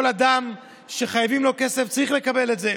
כל אדם שחייבים לו כסף צריך לקבל את זה.